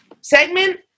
segment